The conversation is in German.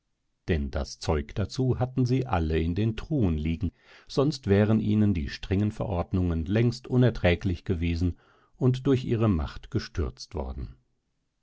denn das zeug dazu hatten sie alle in den truhen liegen sonst wären ihnen die strengen verordnungen längst unerträglich gewesen und durch ihre macht gestürzt worden